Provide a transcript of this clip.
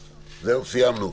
סיימנו.